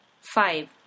five